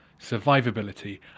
survivability